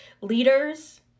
leaders